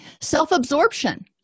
Self-absorption